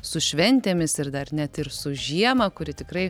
su šventėmis ir dar net ir su žiema kuri tikrai